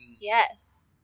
Yes